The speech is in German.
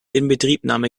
inbetriebnahme